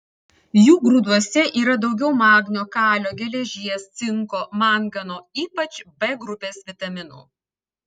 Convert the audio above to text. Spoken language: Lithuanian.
jų grūduose yra daugiau magnio kalio geležies cinko mangano ypač b grupės vitaminų